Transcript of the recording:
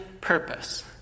purpose